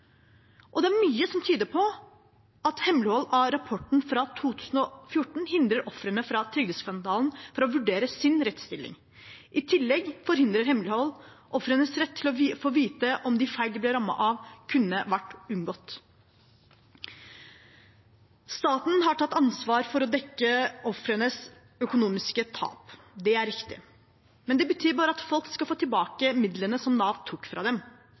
Det er mye som tyder på at hemmelighold av rapporten fra 2014 hindrer ofrene for trygdeskandalen å vurdere sin rettsstilling. I tillegg forhindrer hemmelighold ofrenes rett til å få vite om de feil de ble rammet av, kunne vært unngått. Staten har tatt ansvar for å dekke ofrenes økonomiske tap, det er riktig, men det betyr bare at folk skal få tilbake midlene som Nav tok fra dem.